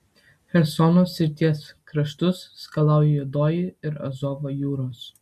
chersono srities kraštus skalauja juodoji ir azovo jūros